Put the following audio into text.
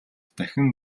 дахин